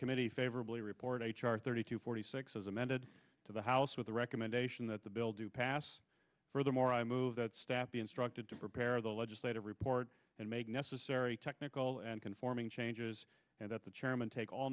committee favorably report h r thirty to forty six as amended to the house with a recommendation that the bill to pass furthermore i move that staff be instructed to prepare the legislative report and make necessary technical and conforming changes and that the chairman take all